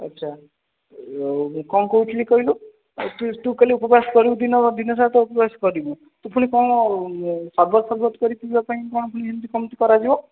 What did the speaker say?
ଆଚ୍ଛା କ'ଣ କହୁଥିଲି କହିଲୁ ତୁ ତୁ କାଲି ଉପବାସ କରିବୁ ଦିନ ଦିନସାରା ତ ଉପବାସ କରିବୁ ତୁ ପୁଣି କ'ଣ ସର୍ବତ ଫର୍ବତ କରି ପିଇବା ପାଇଁ କ'ଣ ପୁଣି କେମିତି କରାଯିବ